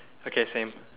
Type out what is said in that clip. okay same